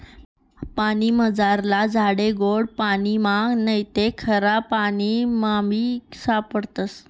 पानीमझारला झाडे गोड पाणिमा नैते खारापाणीमाबी सापडतस